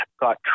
got